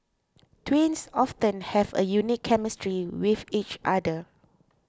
twins often have a unique chemistry with each other